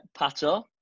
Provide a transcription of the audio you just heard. Pato